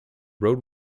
road